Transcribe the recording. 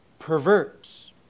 perverts